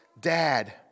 Dad